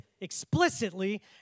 explicitly